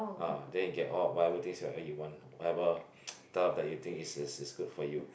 ah then you get all whatever things whatever you want whatever stuff that you think is is is good for you